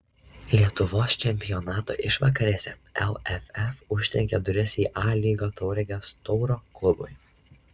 lietuvos čempionato išvakarėse lff užtrenkė duris į a lygą tauragės tauro klubui